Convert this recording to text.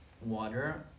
water